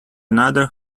another